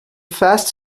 fast